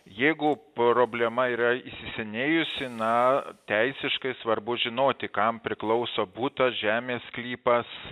jeigu problema yra įsisenėjusi na teisiškai svarbu žinoti kam priklauso butas žemės sklypas